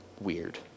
weird